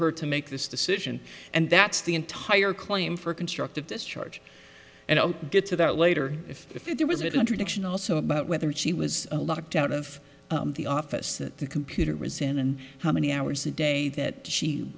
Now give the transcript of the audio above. her to make this decision and that's the entire claim for constructive discharge and i'll get to that later if there was an introduction also about whether she was a lot of doubt of the office that the computer ricin and how many hours a day that she